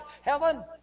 heaven